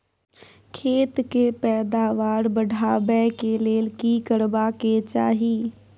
खेत के पैदावार बढाबै के लेल की करबा के चाही?